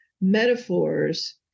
metaphors